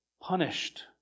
punished